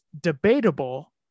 debatable